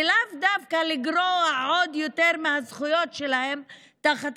ולאו דווקא לגרוע עוד יותר מהזכויות שלהם תחת